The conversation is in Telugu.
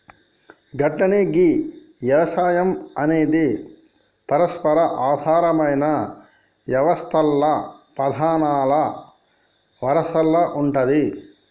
గట్లనే గీ యవసాయం అనేది పరస్పర ఆధారమైన యవస్తల్ల ప్రధానల వరసల ఉంటాది